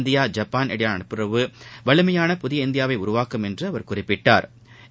India Japan இடையிலான நட்புறவு வலிமையான புதிய இந்தியாவை உருவாக்கும் என்றும் அவர் குறிப்பிட்டா்